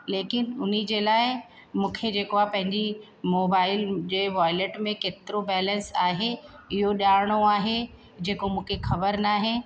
लेकिनि हुनजे लाइ मूंखे जेको आहे पंहिंजी मोबाइल जे वॉएलेट में केतिरो बैलेंस आहे इहो ॼाणिणो आहे जेको मूंखे ख़बर न आहे